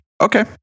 Okay